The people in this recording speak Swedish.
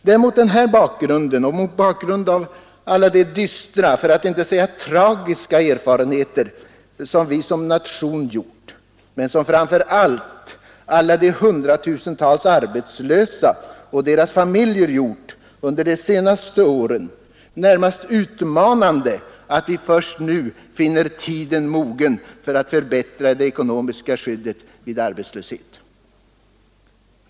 Det är mot den här bakgrunden, och mot bakgrund av alla de dystra, för att inte säga tragiska erfarenheter som vi som nation gjort — men som framför allt alla de hundratusentals arbetslösa och deras familjer gjort — under de senaste åren, närmast utmanande att vi först nu finner tiden mogen för att förbättra det ekonomiska skyddet vid arbetslöshet.